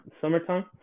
summertime